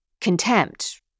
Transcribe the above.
contempt